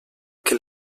que